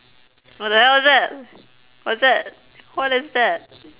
what the hell that what's that what is that